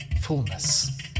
fullness